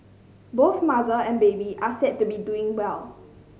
both mother and baby are said to be doing well